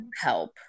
help